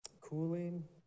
cooling